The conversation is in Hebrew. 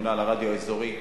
שממונה על הרדיו האזורי,